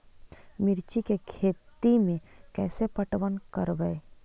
मिर्ची के खेति में कैसे पटवन करवय?